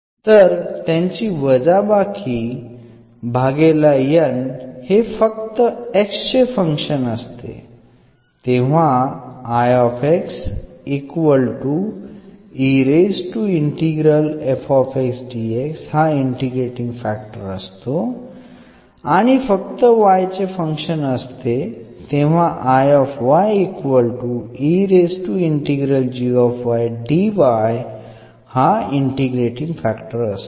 तर त्यांची वजाबाकी भागेल N हे फक्त x चे फिक्शन असते तेव्हा हा इंटिग्रेटींग फॅक्टर असतो आणि फक्त y चे फंक्शन असते तेव्हा हा इंटिग्रेटींग फॅक्टर असतो